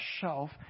shelf